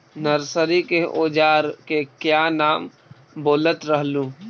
Nursery के ओजार के क्या नाम बोलत रहलू?